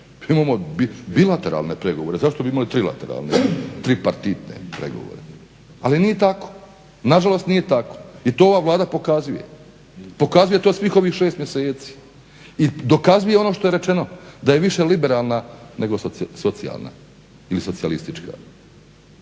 Imamo bilateralne pregovore, zašto bi imali trilateralne, tripartitne pregovore. Ali nije tako, nažalost nije tako i to ova Vlada pokazuje. Pokazuje to svih ovih 6 mjeseci i dokazuje ono što je rečeno da je više liberalna ili socijalna ili socijalistička